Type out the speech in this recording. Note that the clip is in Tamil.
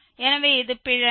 எனவே இது பிழை ex α